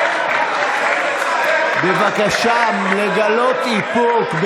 בבקשה לגלות איפוק.